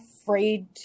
afraid